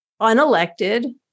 unelected